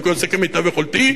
אני עושה כמיטב יכולתי,